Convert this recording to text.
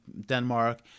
Denmark